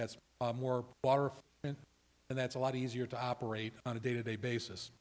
that's more water than and that's a lot easier to operate on a day to day basis